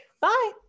Bye